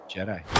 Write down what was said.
Jedi